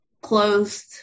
closed